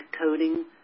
coding